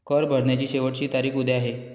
कर भरण्याची शेवटची तारीख उद्या आहे